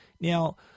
Now